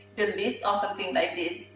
list or something like this.